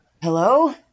Hello